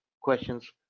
questions